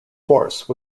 force